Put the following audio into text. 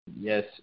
Yes